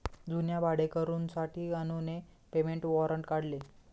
जुन्या भाडेकरूंसाठी अनुने पेमेंट वॉरंट काढले